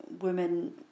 women